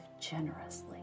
generously